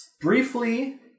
briefly